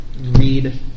read